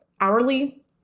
hourly